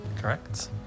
Correct